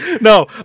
No